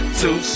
two